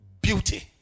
beauty